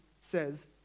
says